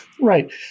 Right